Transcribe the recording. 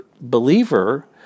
believer